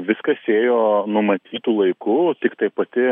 viskas ėjo numatytu laiku tiktai pati